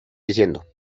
diciendo